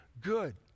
good